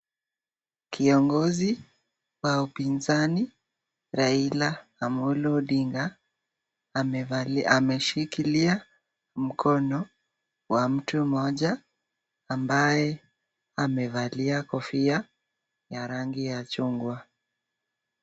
Kiongozi wa upinzani Raila Amolo Odinga, ameshikilia mkono wa mtu mmoja ambaye amevalia kofia ya rangi ya chungwa.